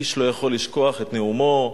איש לא יכול לשכוח את נאומו של,